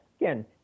again